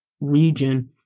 region